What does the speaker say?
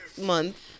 Month